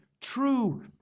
true